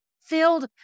filled